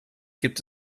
gibt